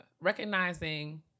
recognizing